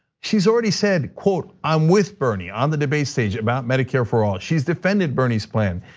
she's already said, quote, i'm with bernie, on the debate stage about medicare for all, she's defended bernie's plan.